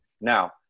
Now